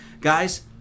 Guys